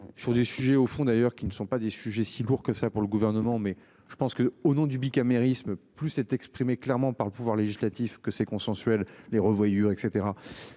je des sujets au fond d'ailleurs qui ne sont pas des sujets si lourd que ça, pour le gouvernement mais je pense que au nom du bicamérisme plus s'est exprimé clairement par le pouvoir législatif que ces consensuel les revoyure et